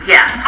Yes